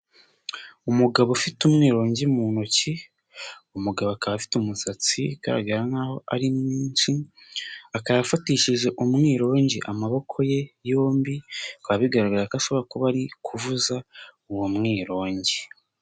Umugabo ufite umwirongi mu ntoki, umugabo akaba afite umusatsi ugaragara nk'aho ari mwinshi, akaba afatishije umwirogi amaboko ye yombi, bikaba bigaragara ko ashobora kuba ari kuvuza uwo mwirongi.